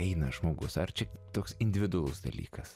eina žmogus ar čia toks individualus dalykas